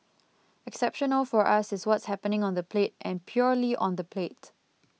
exceptional for us is what's happening on the plate and purely on the plate